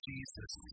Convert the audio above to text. Jesus